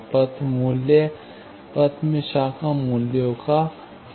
पथ मूल्य पथ में शाखा मूल्यों का गुणनफल है